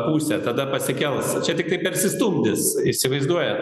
pusė tada pasikels čia tiktai persistumdys įsivaizduojat